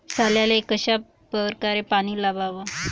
सोल्याले कशा परकारे पानी वलाव?